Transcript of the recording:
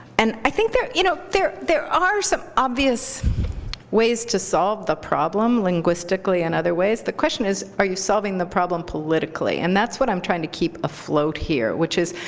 and i think there you know there are some obvious ways to solve the problem linguistically and other ways. the question is, are you're solving the problem politically? and that's what i'm trying to keep afloat here, which is,